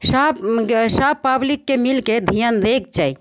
सभ सभ पबलिकके मिलिके धिआन दैके चाही